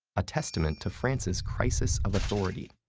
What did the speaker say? a testament to france's crisis of authority,